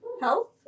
health